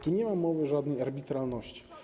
Tu nie ma mowy o żadnej arbitralności.